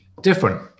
Different